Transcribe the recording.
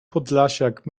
podlasiak